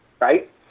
right